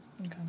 Okay